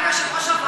צודקת במאה אחוז.